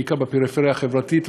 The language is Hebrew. בעיקר בפריפריה החברתית,